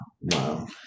wow